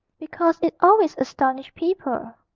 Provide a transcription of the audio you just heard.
because it always astonished people.